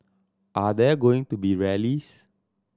are there going to be rallies